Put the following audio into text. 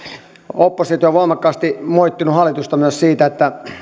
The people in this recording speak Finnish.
oppositio on voimakkaasti moittinut hallitusta myös siitä että